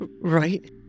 Right